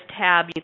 tab